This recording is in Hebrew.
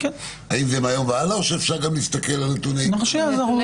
היא האם זה מהיום והלאה או שאפשר גם להסתכל על נתונים אחורה?